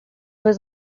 was